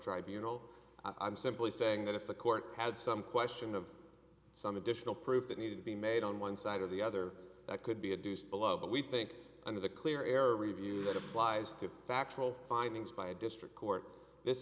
tribunal i'm simply saying that if the court had some question of some additional proof it needed to be made on one side or the other that could be a deuced below but we think under the clear air review that applies to factual findings by a district court this